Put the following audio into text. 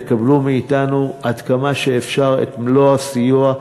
תקבלו מאתנו עד כמה שאפשר את מלוא הסיוע,